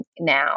now